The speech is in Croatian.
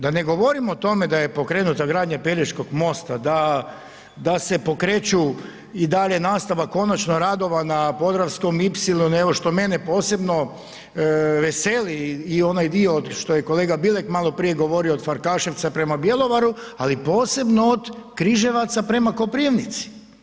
Da ne govorim o tome da je pokrenuta gradnja Pelješkog mosta, da se pokreću i dalje nastavak konačno radova na Podravskom ipsilonu evo što mene posebno veseli i onaj dio što je kolega Bilek maloprije govorio od Farkaševca prema Bjelovaru, ali posebno od Križevaca prema Koprivnici.